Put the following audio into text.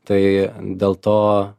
tai dėl to